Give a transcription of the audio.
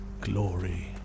glory